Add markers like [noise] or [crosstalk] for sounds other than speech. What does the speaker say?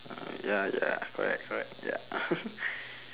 uh ya ya correct correct ya [laughs]